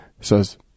says